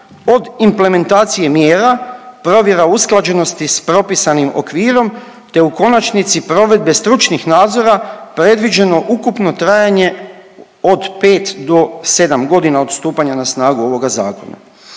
od implementacije mjera provjera usklađenosti s propisanim okvirom te u konačnici provedbe stručnih nadzora predviđeno ukupno trajanje od pet do sedam godina od stupanja na snagu ovoga zakona.